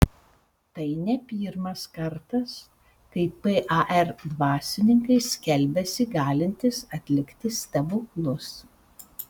tai ne pirmas kartas kai par dvasininkai skelbiasi galintys atlikti stebuklus